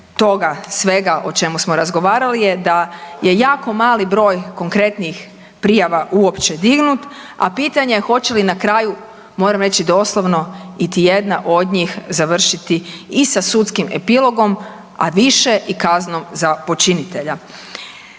svega o čemu smo razgovarali, je da je jako mali broj konkretnih prijava uopće dignut, a pitanje hoće li na kraju moram reći doslovno iti jedna od njih završiti i sa sudskim epilogom, a više i kaznom za počinitelja.